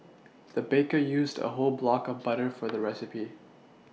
the baker used a whole block of butter for the recipe